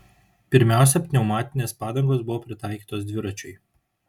pirmiausia pneumatinės padangos buvo pritaikytos dviračiui